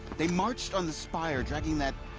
they marched on the spire, dragging that.